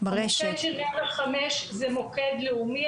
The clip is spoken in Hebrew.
מוקד 105 הוא מוקד לאומי,